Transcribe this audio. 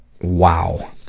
wow